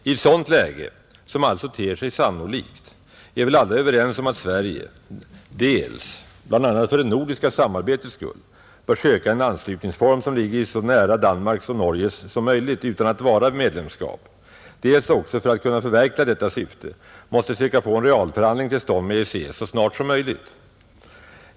I ett sådant läge, som alltså ter sig sannolikt, är väl alla överens om att Sverige dels — bl.a. för det nordiska samarbetets skull — bör söka en anslutningsform som ligger så nära Danmarks och Norges som möjligt utan att vara medlemskap, dels också för att kunna förverkliga detta syfte måste söka få en realförhandling till stånd med EEC så snart som möjligt.